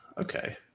okay